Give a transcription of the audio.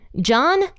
John